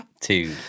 two